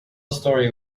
story